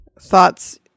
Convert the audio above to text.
thoughts